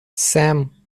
sam